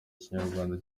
kinyarwanda